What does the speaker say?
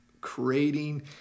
creating